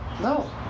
No